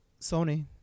Sony